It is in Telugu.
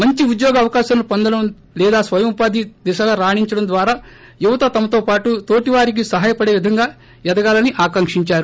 మంచి ఉద్యోగ అవకాశాలను పొందడం లేదా స్వయం ఉపాధి దిశగా రాణించడం ద్వారా యువత తమతో పాటు తోటి వారికి సహాయపడే విధంగా ఎదగాలని ఆకాంకించారు